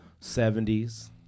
70s